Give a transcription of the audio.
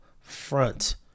front